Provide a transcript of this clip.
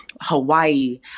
Hawaii